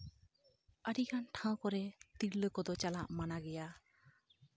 ᱟᱹᱰᱤᱜᱟᱱ ᱴᱷᱟᱶ ᱠᱚᱨᱮ ᱛᱤᱨᱞᱟᱹ ᱠᱚᱫᱚ ᱪᱟᱞᱟᱜ ᱢᱟᱱᱟ ᱜᱮᱭᱟ